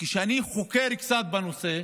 כשאני חוקר קצת בנושא,